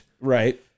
Right